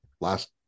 last